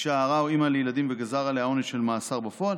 אישה הרה או אימא לילדים וגזר עליה עונש של מאסר בפועל